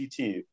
ct